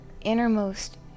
innermost